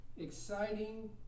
exciting